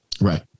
Right